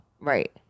Right